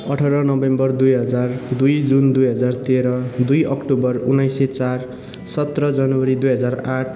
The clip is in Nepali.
अठार नोभेम्बर दुई हजार दुई जुन दुई हजार तेह्र दुई अक्टोबर उन्नाइस सय चार सत्र जनवरी दुई हजार आठ